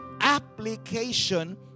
application